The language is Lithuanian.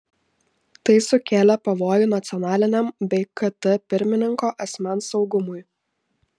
tai sukėlė pavojų nacionaliniam bei kt pirmininko asmens saugumui